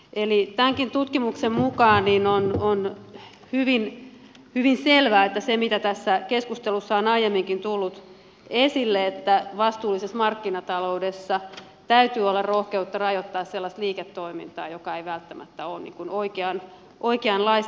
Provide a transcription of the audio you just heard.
eli tämänkin tutkimuksen mukaan on hyvin selvää se mikä tässä keskustelussa on aiemminkin tullut esille että vastuullisessa markkinata loudessa täytyy olla rohkeutta rajoittaa sellaista liiketoimintaa joka ei välttämättä ole oikeanlaista